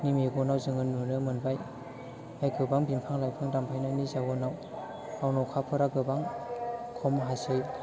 नि मेगनाव जों नुनो मोनबाय गोबा बिफां लाइफां दानफायनायनि जाउनाव दा अखाफोरा गोबां खम हासै